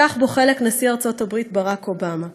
וייקח בו חלק נשיא ארצות-הברית ברק אובמה.